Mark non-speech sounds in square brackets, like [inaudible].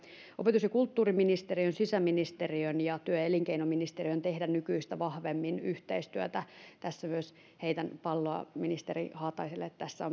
opetus ja kulttuuriministeriön sisäministeriön ja työ ja elinkeinoministeriön pitäisi tehdä nykyistä vahvemmin yhteistyötä tässä myös heitän palloa ministeri haataiselle tässä [unintelligible]